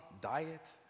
diet